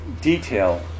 detail